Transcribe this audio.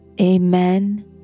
Amen